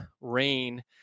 rain